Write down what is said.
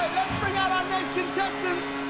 let's bring out our next contestant!